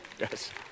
Yes